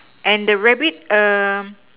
and the rabbit